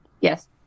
Yes